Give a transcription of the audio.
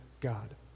God